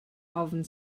ofn